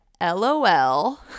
LOL